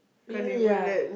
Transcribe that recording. really ah